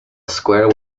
square